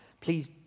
Please